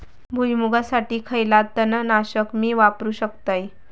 भुईमुगासाठी खयला तण नाशक मी वापरू शकतय?